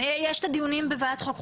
יש את הדיונים בוועדת חוקה,